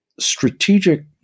strategic